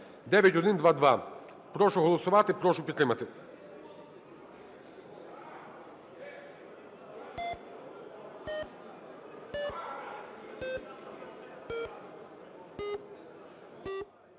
сесії. Прошу голосувати, прошу підтримати.